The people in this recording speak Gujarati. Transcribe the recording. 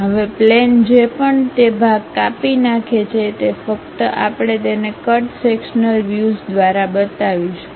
હવે પ્લેન જે પણ તે ભાગ કાપી નાખે છે તે ફક્ત આપણે તેને કટ સેક્શન્લ વ્યુઝ દ્વારા બતાવીશું